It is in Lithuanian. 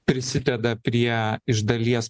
prisideda prie iš dalies